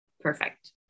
perfect